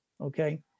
okay